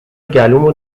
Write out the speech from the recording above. گلومو